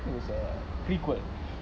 it was a prequel